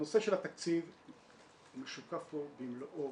הנושא של התקציב משוקף פה במלואו,